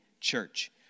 church